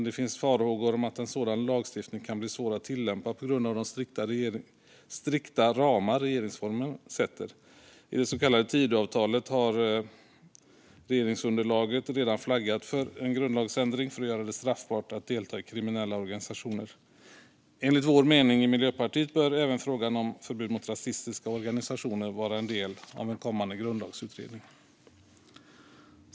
Det finns farhågor om att en sådan lagstiftning kan bli svår att tillämpa på grund av de strikta ramar regeringsformen sätter. I det så kallade Tidöavtalet har regeringsunderlaget redan flaggat för en grundlagsändring för att göra det straffbart att delta i kriminella organisationer. Enligt vår mening i Miljöpartiet bör även frågan om förbud mot rasistiska organisationer vara en del av en kommande grundlagsutredning.